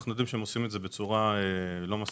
יודעים שהם עושים את זה בצורה לא מספיקה,